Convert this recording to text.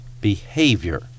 behavior